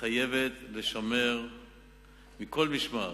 חייבת לשמר מכל משמר